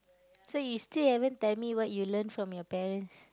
so you still haven't tell me what you learn from your parents